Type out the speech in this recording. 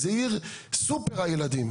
זו עיר סופר הילדים.